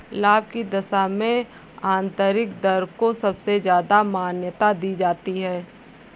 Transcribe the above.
लाभ की दशा में आन्तरिक दर को सबसे ज्यादा मान्यता दी जाती है